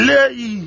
Lei